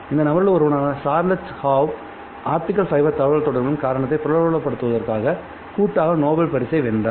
இந்த நபர்களில் ஒருவரான சார்லஸ் காவ் ஆப்டிகல் ஃபைபர் தகவல்தொடர்புகளின் காரணத்தை பிரபலப்படுத்துவதற்காக கூட்டாக நோபல் பரிசை வென்றார்